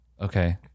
okay